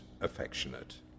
affectionate